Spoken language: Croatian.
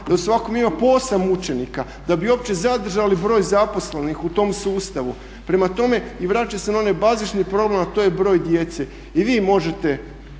da u svakom ima po 8 učenika da bi uopće zadržali broj zaposlenih u tom sustavu. Prema tome i vraća se na onaj bazični problem a to je broj djece. I vi možete